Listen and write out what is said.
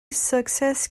success